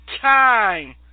time